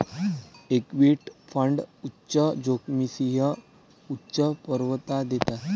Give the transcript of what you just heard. equity fund उच्च जोखमीसह उच्च परतावा देतात